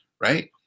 right